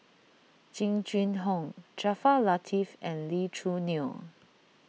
Jing Jun Hong Jaafar Latiff and Lee Choo Neo